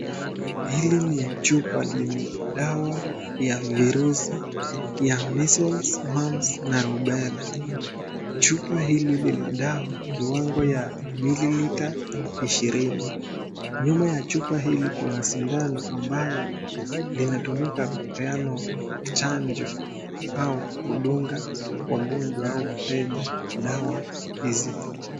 Hili ni chupa lenye dawa ya virusi vya measles, mumps na rubella . Chupa hili lina dawa kiwango ya mililita ishirini. Nyuma ya chupa hili kuna sindano ambayo, linatumika kupeana chanjo au kudunga wagonjwa au wateja dawa hizi